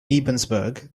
ebensburg